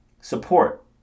support